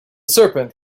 serpent